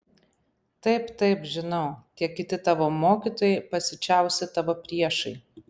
taip taip žinau tie kiti tavo mokytojai pasiučiausi tavo priešai